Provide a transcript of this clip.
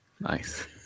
nice